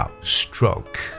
Stroke